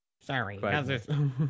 Sorry